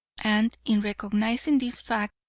and, in recognising this fact,